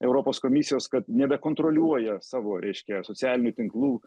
europos komisijos kad nebekontroliuoja savo reiškia socialinių tinklų